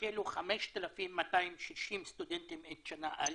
החלו 5,260 סטודנטים את שנה א'